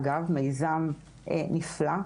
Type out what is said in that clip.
אגב, מיזם נפלא.